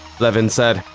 blevins said,